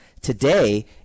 Today